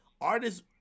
artists